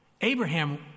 Abraham